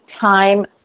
Time